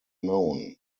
known